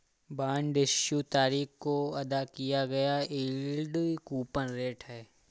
bond issue तारीख को अदा किया गया यील्ड कूपन रेट है